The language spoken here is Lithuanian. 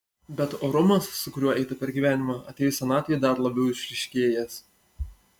bet orumas su kuriuo eita per gyvenimą atėjus senatvei dar labiau išryškėjęs